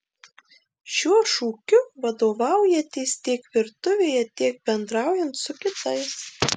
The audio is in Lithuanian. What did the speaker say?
šiuo šūkiu vadovaujatės tiek virtuvėje tiek bendraujant su kitais